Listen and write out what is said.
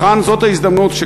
וכאן, זאת ההזדמנות,